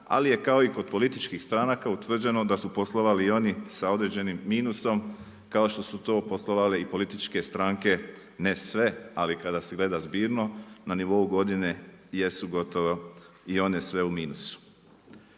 Ali je kao i kod političkih stranaka, utvrđeno da su poslovali i oni sa određenim minusom, kao što su to poslovale i političke stranke, ne sve, ali kada se gleda zbirno na nivou godine, jesu gotovo i one sve u minusu.